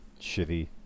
shitty